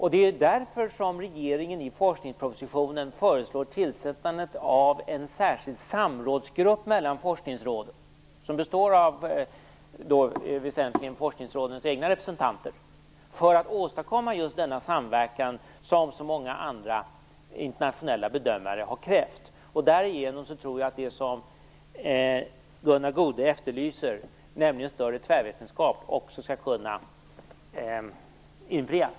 Det är därför som regeringen i forskningspropositionen föreslår tillsättandet av en särskild samrådsgrupp mellan forskningsråden som väsentligen består av forskningsrådens egna representanter, för att åstadkomma just denna samverkan som så många andra internationella bedömare har krävt. Därigenom tror jag att det som Gunnar Goude efterlyser, nämligen större tvärvetenskap, också skall kunna infrias.